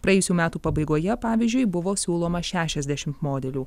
praėjusių metų pabaigoje pavyzdžiui buvo siūloma šešiasdešim modelių